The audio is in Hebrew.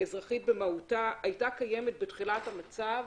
במהותה היתה קיימת בתחילת המצב,